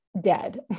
dead